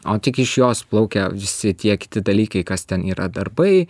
o tik iš jos plaukia visi tie dalykai kas ten yra darbai